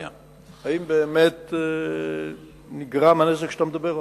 האם באמת נגרם הנזק שאתה מדבר עליו?